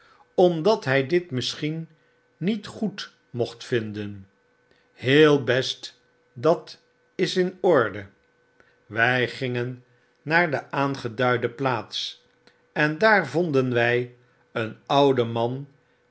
omdat hy dit misschien niet goed mocht vinden heel best dat is in orde wij gingen naar de aangeduide plaats en daar vonden wy een ouden man